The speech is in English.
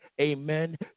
Amen